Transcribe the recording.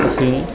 ਅਸੀਂ